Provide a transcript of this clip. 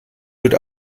wird